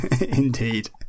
Indeed